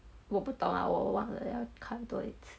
我不懂啊我忘了要看多一次